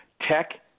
Tech